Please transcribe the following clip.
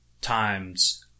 times